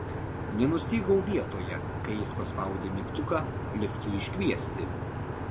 nenustygau vietoje kai jis paspaudė mygtuką liftui iškviesti